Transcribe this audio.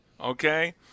okay